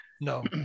no